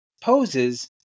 poses